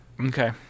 Okay